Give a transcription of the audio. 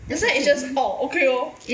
that's why it's orh okay lor